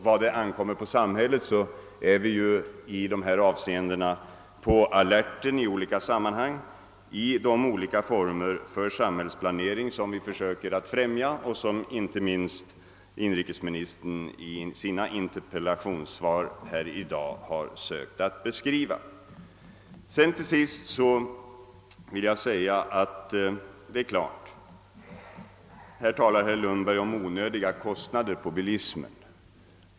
Vad det ankommer på samhället är vi ju i dessa avseenden på alerten i olika sammanhang i de olika former för samhällsplanering som vi försöker främja och som inte minst inrikesministern i sina interpellationssvar här i dag sökt beskriva. Herr Lundberg talar om onödiga kostnader på bilismen.